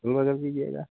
कर दीजिएगा